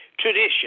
Tradition